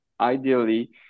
ideally